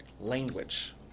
language